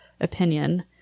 opinion